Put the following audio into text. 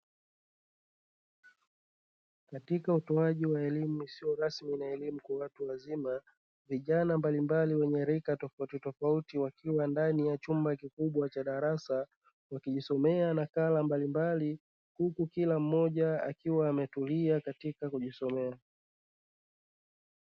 Katika utoaji wa elimu isiyo rasmi na elimu kwa watu wazima, vijana mbalimbali wenye rika tofautitofauti wakiwa ndani ya chumba kikubwa cha darasa wakijisomea nakala mbalimbali na huku kila mmoja akiwa ametulia katika kujisomea.